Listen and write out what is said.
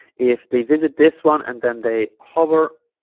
if they visit this one and then they hover